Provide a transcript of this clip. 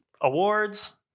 awards